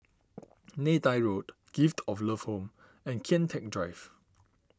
Neythai Road Gift of Love Home and Kian Teck Drive